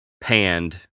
panned